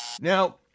Now